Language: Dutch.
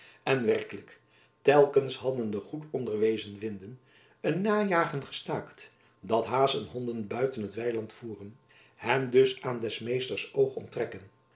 en werkelijk telkens hadden de goed onderwezen winden een najagen gestaakt dat haas en honden buiten het weiland voeren hen dus aan des meesters oog onttrekken